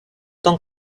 tant